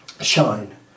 shine